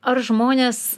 ar žmonės